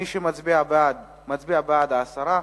מי שמצביע בעד, מצביע בעד ההסרה.